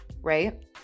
right